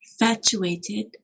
Infatuated